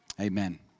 Amen